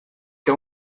que